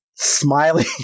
Smiling